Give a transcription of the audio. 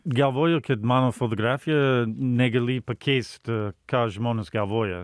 galvoju kad mano fotografija negali pakeist ką žmonės galvoja